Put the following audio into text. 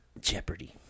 Jeopardy